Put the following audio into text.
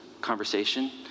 conversation